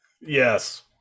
Yes